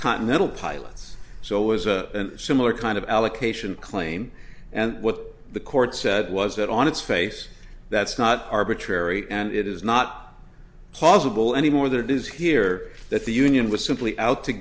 continental pilots so it was a similar kind of allocation claim and what the court said was that on its face that's not arbitrary and it is not possible anymore than it is here that the union was simply out to